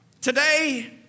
Today